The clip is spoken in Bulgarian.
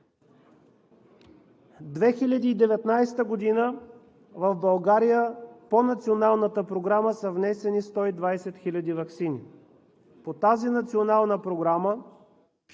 2019 г. в България по Националната програма са внесени 120 хил. ваксини. По тази национална програма